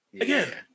Again